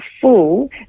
full